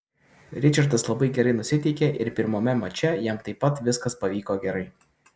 ričardas labai gerai nusiteikė ir pirmame mače jam taip pat viskas pavyko gerai